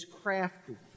crafty